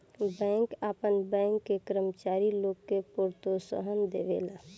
bank आपन bank के कर्मचारी लोग के प्रोत्साहन देवेला